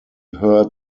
heard